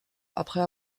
après